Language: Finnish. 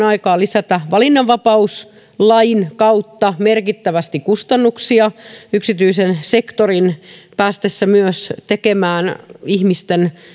aikaan lisätään valinnanvapauslain kautta merkittävästi kustannuksia yksityisen sektorin päästessä tekemään ihmisten